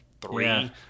three